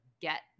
get